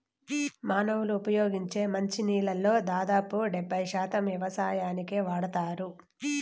మానవులు ఉపయోగించే మంచి నీళ్ళల్లో దాదాపు డెబ్బై శాతం వ్యవసాయానికే వాడతారు